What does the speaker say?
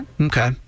Okay